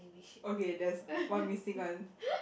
okay there's one missing one